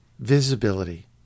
Visibility